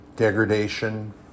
degradation